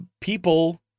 people